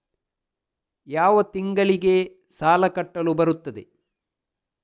ಯಾವ ತಿಂಗಳಿಗೆ ಸಾಲ ಕಟ್ಟಲು ಬರುತ್ತದೆ?